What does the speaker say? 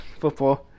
football